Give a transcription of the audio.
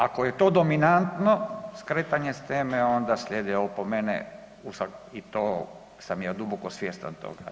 Ako je to dominantno skretanje s teme, onda slijede opomene i to sam ja duboko svjestan toga.